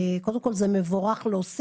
קודם כל זה מבורך להוסיף.